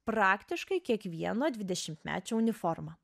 praktiškai kiekvieno dvidešimtmečio uniforma